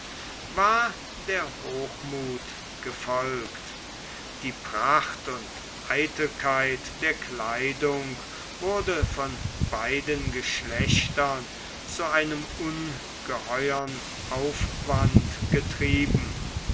war der hochmuth gefolgt die pracht und eitelkeit der kleidung wurde von beiden geschlechtern zu einem ungeheuren aufwand getrieben